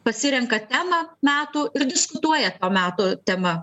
pasirenka temą metų ir diskutuoja ta metų tema